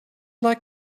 like